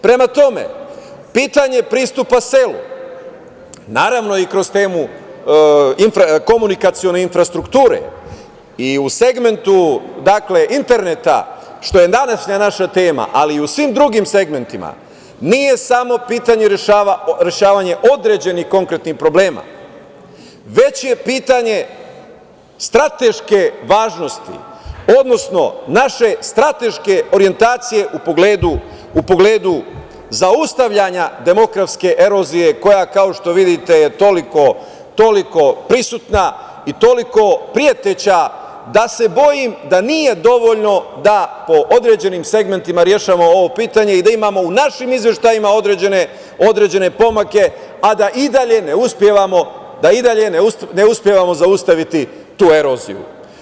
Prema tome, pitanje pristupa selu, naravno i kroz temu komunikacione infrastrukture i u segmentu interneta, što je danas naša tema, ali i u svim drugim segmentima nije samo pitanje rešavanja određenih konkretnih problema, već je pitanje strateške važnosti, odnosno naše strateške orjentacije u pogledu zaustavljanja demografske erozije koja, kao što vidite je toliko prisutna i toliko preteća da se bojim da nije dovoljno da po određenim segmentima rešavamo ovo pitanje i da imamo u našim izveštajima određene pomake, a da i dalje ne uspevamo zaustaviti tu eroziju.